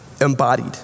embodied